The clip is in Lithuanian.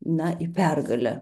na į pergalę